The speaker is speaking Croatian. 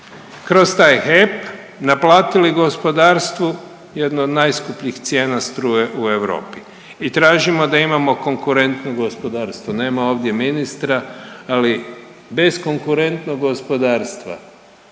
kroz taj HEP naplatili gospodarstvu jednu od najskupljih cijena struje u Europi i tražimo da imamo konkretno gospodarstvo. Nema ovdje ministra, ali bez konkurentnog gospodarstva